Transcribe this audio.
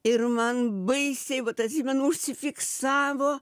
ir man baisiai vat atsimenu užsifiksavo